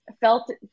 felt